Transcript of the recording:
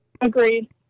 Agreed